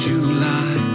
July